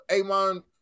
Amon